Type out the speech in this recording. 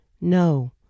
no